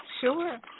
Sure